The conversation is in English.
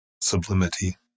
sublimity